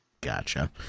Gotcha